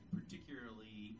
particularly